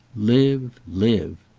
live, live!